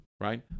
right